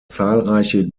zahlreiche